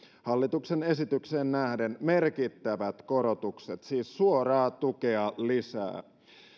hallituksen esitykseen nähden merkittävät korotukset siis suoraa tukea lisää